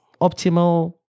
optimal